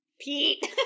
Pete